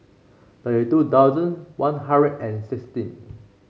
thirty two thousand One Hundred and sixteen